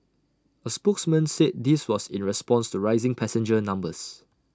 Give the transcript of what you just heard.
A spokesman said this was in response to rising passenger numbers